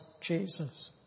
Jesus